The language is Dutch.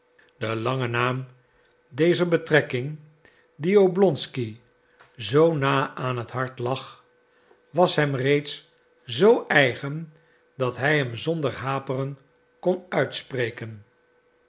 de lange naam dezer betrekking die oblonsky zoo na aan het hart lag was hem reeds zoo eigen dat hij hem zonder haperen kon uitspreken